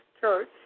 Church